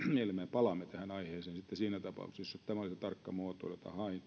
palaan tähän aiheeseen sitten siinä tapauksessa jos tämä oli se tarkka muotoilu eli